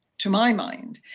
to my mind,